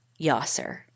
Yasser